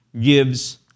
gives